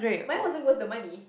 mine wasn't worth the money